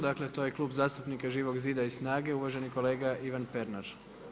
Dakle to je Klub zastupnika Živog zida i SNAGA-e, uvaženi kolega Ivan Pernar.